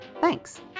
Thanks